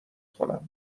کنم